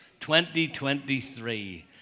2023